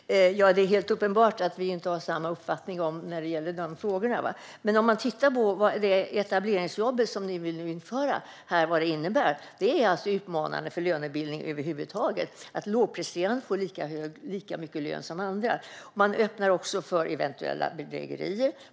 Herr talman! Det är helt uppenbart att vi inte har samma uppfattning i dessa frågor. Men de etableringsjobb som ni vill införa är utmanande för lönebildningen över huvud taget - att lågpresterande får lika mycket i lön som andra. Man öppnar också för eventuella bedrägerier.